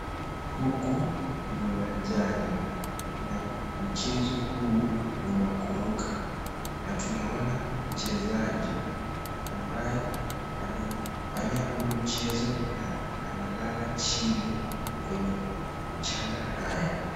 Huku ni uwanjani na mchezo huu ni wa kuruka na tunamuona mchezaji ambaye amefanya huu mchezo na analala chini kwenye mchanga haya.